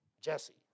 Jesse